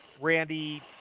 Randy